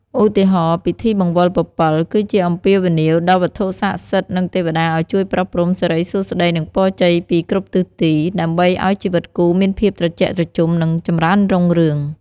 ឧទាហរណ៍ ពិធីបង្វិលពពិល គឺជាការអំពាវនាវដល់វត្ថុស័ក្តិសិទ្ធិ និងទេវតាឱ្យជួយប្រោះព្រំសិរីសួស្តី និងពរជ័យពីគ្រប់ទិសទី ដើម្បីឱ្យជីវិតគូមានភាពត្រជាក់ត្រជុំ និងចម្រើនរុងរឿង។